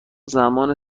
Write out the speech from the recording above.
زمان